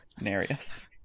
Narius